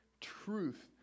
truth